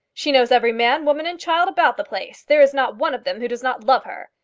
she knows every man, woman, and child about the place. there is not one of them who does not love her.